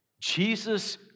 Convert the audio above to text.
Jesus